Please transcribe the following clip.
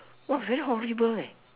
!wah! very horrible leh